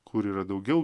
kur yra daugiau